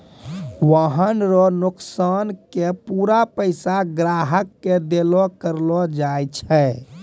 वाहन रो नोकसान के पूरा पैसा ग्राहक के देलो करलो जाय छै